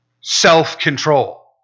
self-control